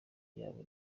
yabo